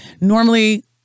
normally